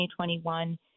2021